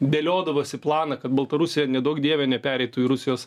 dėliodavosi planą kad baltarusija neduok dieve nepereitų į rusijos